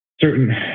certain